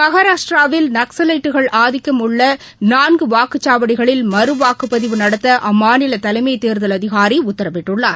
மகாராஷ்டிராவில் நக்சலைட்டுகள் ஆதிக்கம் உள்ள நான்கு வாக்குச் சாவடிகளில் மறுவாக்குப் பதிவு நடத்த அம்மாநில தலைமைத் தேர்தல் அதிகாரி உத்தரவிட்டுள்ளார்